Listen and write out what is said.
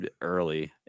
Early